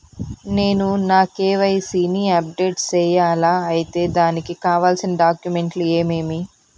నేను నా కె.వై.సి ని అప్డేట్ సేయాలా? అయితే దానికి కావాల్సిన డాక్యుమెంట్లు ఏమేమీ?